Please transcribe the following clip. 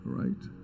right